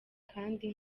kandi